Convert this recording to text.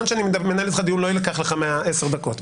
שאני מנהל איתך דיון לא יילקח לך מ-10 הדקות.